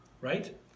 right